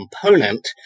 component